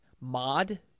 mod